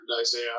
Isaiah